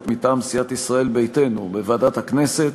מטעם סיעת ישראל ביתנו: בוועדת הכנסת,